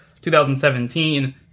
2017